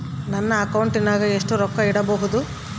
ನನ್ನ ಅಕೌಂಟಿನಾಗ ಎಷ್ಟು ರೊಕ್ಕ ಇಡಬಹುದು?